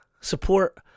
Support